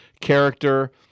character